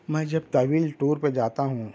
میں جب طویل ٹور پہ جاتا ہوں